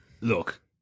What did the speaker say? Look